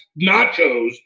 nachos